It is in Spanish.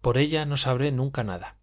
por ella no sabré nunca nada